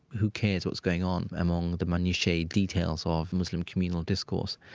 who cares what's going on among the minutiae details of muslim communal discourse?